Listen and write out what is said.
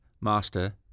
master